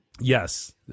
yes